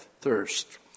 thirst